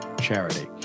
charity